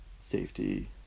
safety